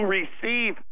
receive